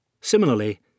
Similarly